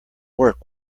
work